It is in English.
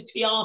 PR